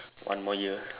one more year